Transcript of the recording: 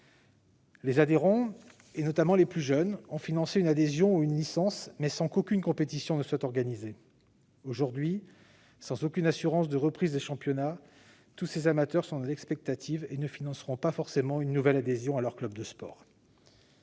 Leurs adhérents, notamment les plus jeunes, les ont financées par une adhésion ou l'acquisition d'une licence, mais sans qu'aucune compétition soit organisée. Aujourd'hui, sans aucune assurance de reprise des championnats, tous ces amateurs sont dans l'expectative ; ils ne s'acquitteront pas forcément d'une nouvelle adhésion à leur club de sport.